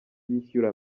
bishyura